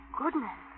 goodness